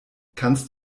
kannst